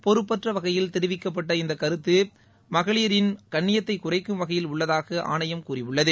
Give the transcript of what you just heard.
பொறுப்பற்ற வகையில் தெரிவிக்கப்பட்ட இந்த கருத்துக்கு மகளிரின் கண்ணியத்தை குறைக்கும் வகையில் உள்ளதாக ஆணையம் கூறியுள்ளது